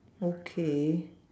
okay